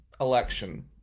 election